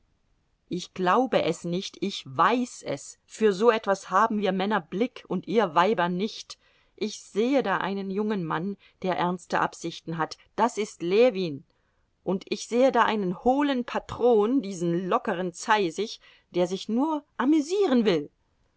ich glaube es nicht ich weiß es für so etwas haben wir männer blick und ihr weiber nicht ich sehe da einen jungen mann der ernste absichten hat das ist ljewin und ich sehe da einen hohlen patron diesen lockeren zeisig der sich nur amüsieren will